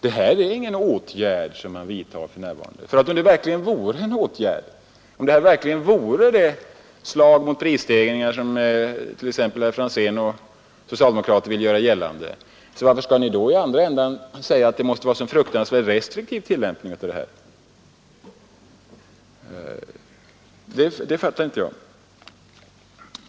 Det man vidtar för närvarande är ingen åtgärd. Om det verkligen vore fråga om det slag mot prisstegringar som t.ex. herr Franzén och socialdemokraterna vill göra gällande, varför säger ni då att det måste vara en restriktiv tillämpning av åtgärderna? Jag fattar inte det.